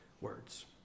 words